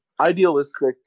idealistic